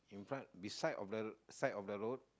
in front beside of the side of the road